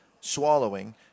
swallowing